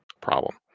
problem